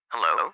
Hello